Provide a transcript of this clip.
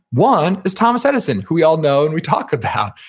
one, is thomas edison, who we all know and we talk about.